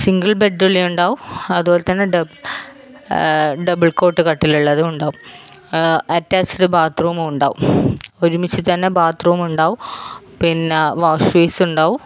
single ബെഡുള്ളത് ഉണ്ടാവും അതുപോലെ തന്നെ ഡബിൾ കോട്ട് കട്ടിലുള്ളതും ഉണ്ടാവും അറ്റാച്ചഡ് ബാത്റൂമും ഉണ്ടാവും ഒരുമിച്ചിട്ട് തന്നെ ബാത്റൂമുമുണ്ടാവും പിന്നെ വാഷ്ബേസുമുണ്ടാവും